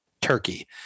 Turkey